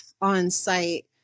on-site